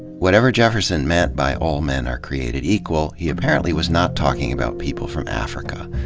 whatever jefferson meant by all men are created equal, he apparently was not talking about people from africa.